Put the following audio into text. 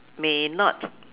may not